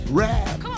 rap